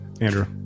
Andrew